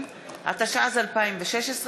התשע"ו 2016,